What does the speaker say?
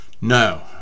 No